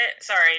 Sorry